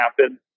happen